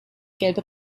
gelbe